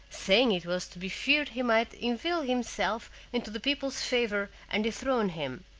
saying it was to be feared he might inveigle himself into the people's favor and dethrone him.